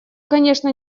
конечно